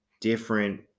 different